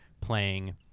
playing